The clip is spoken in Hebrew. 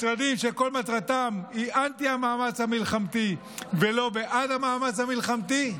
משרדים שכל מטרתם היא אנטי-המאמץ המלחמתי ולא בעד המאמץ המלחמתי.